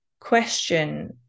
question